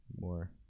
more